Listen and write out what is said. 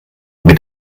mit